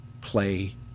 play